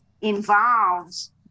involves